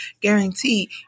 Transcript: guarantee